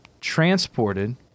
transported